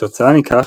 כתוצאה מכך,